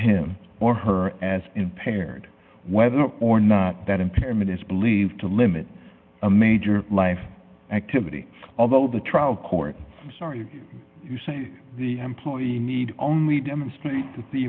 him or her as impaired whether or not that impairment is believed to limit a major life activity although the trial court sorry the employee need only demonstrate that the